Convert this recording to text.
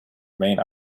main